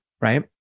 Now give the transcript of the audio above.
right